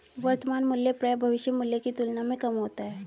वर्तमान मूल्य प्रायः भविष्य मूल्य की तुलना में कम होता है